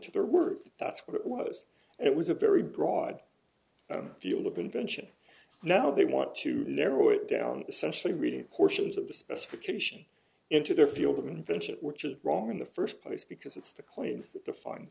to their work that's what it was it was a very broad field of invention now they want to narrow it down essentially reading portions of the specification into their field of invention which is wrong in the first place because it's to clean the f